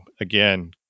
again